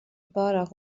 pārāk